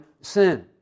sin